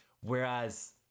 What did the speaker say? Whereas